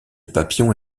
papillon